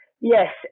Yes